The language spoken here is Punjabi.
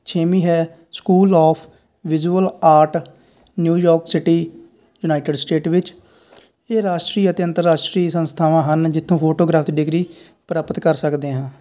ਛੇਵੀਂ ਹੈ school of visual art New York city United state ਵਿੱਚ ਇਹ ਰਾਸ਼ਟਰੀ ਅਤੇ ਅੰਤਰਰਾਸ਼ਟਰੀ ਸੰਸਥਾਵਾਂ ਹਨ ਜਿੱਥੋਂ ਫੋਟੋਗ੍ਰਾਫ ਦੀ ਡਿਗਰੀ ਪ੍ਰਾਪਤ ਕਰ ਸਕਦੇ ਹਾਂ